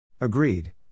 Agreed